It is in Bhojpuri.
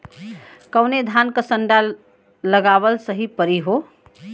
कवने धान क संन्डा लगावल सही परी हो?